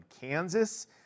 Kansas